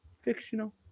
fictional